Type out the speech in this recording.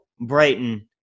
Brighton